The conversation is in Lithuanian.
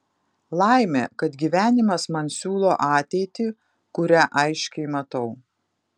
laimė kad gyvenimas man siūlo ateitį kurią aiškiai matau